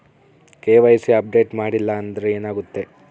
KYC update ಮಾಡಿಲ್ಲ ಅಂದ್ರೆ ಏನಾಗುತ್ತೆ?